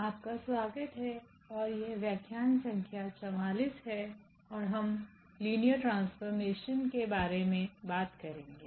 आपका स्वागत है और यह व्याख्यान संख्या 44 है और हम लिनियर ट्रांसफॉर्मेशन के बारे में बात करेंगे